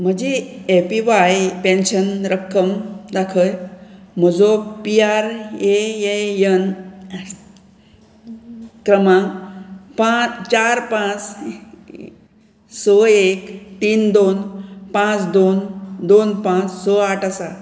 म्हजी A P Y pension रक्कम दाखय म्हजो पी आर एन क्रमांक पांच चार पांच स एक तीन दोन पांच दोन दोन पांच स आठ आसा